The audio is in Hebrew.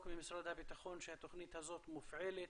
מהמשרד לבטחון פנים שהתוכנית הזאת מופעלת,